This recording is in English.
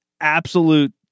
absolute